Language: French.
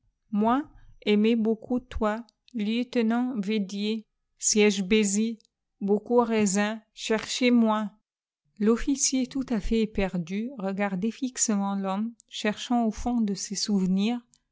moi aimé beaucoup toi lieutenant véclié siège bézi beaucoup raisin cherché moi l'officier tout à fait éperdu regardait fixement l'homme cherchant au fond de ses souvenirs